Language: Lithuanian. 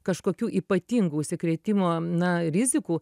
kažkokių ypatingų užsikrėtimo na rizikų